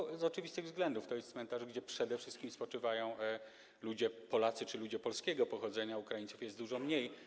Jest tak z oczywistych względów - to jest cmentarz, gdzie przede wszystkim spoczywają Polacy czy ludzie polskiego pochodzenia, Ukraińców jest dużo mniej.